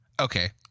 Okay